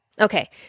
Okay